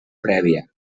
prèvia